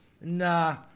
Nah